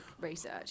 research